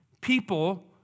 people